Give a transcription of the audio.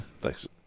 Thanks